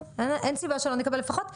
אין סיבה שלא נקבל, לפחות עדכונים: